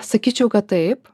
sakyčiau kad taip